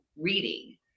reading